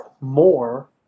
more